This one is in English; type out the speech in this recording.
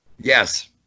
Yes